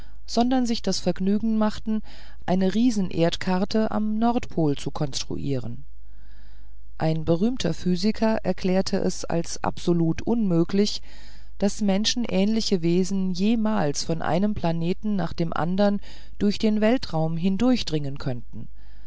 sondern sich das vergnügen machten eine riesenerdkarte am nordpol zu konstruieren ein berühmter physiker erklärte es als absolut unmöglich daß menschenähnliche wesen jemals von einem planeten nach dem andern durch den weltraum hindurchdringen könnten